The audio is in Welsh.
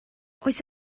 oes